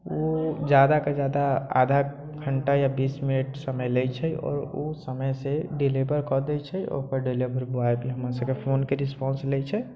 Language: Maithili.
ओ जादाकऽ जादा आधा घण्टा या बीस मिनट समय लै छै आ ओ समयसँ डिलिभर कय दै छै ओकर डिलिभर बुआय भी हमर सभके फोनके रिस्पॉन्स लै छै